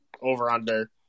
over-under